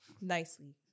nicely